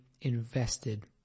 invested